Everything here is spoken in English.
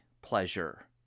pleasure